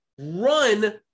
run